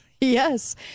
yes